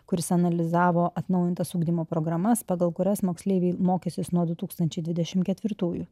kuris analizavo atnaujintas ugdymo programas pagal kurias moksleiviai mokysis nuo du tūkstančiai dvidešim ketvirtųjų